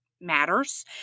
Matters